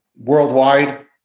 worldwide